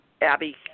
Abby